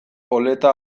oleta